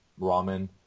ramen